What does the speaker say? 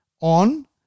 on